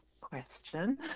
question